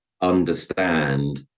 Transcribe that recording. understand